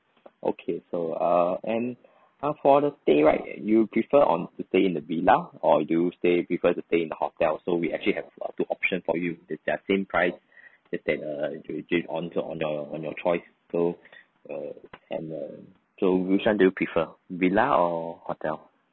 okay so uh and ah for the stay right you prefer on to stay in the villa or you stay prefer to stay in the hotel so we actually have uh two option for you that's are same price just that uh on to on your on your choice so err and uh so which [one] do you prefer villa or hotel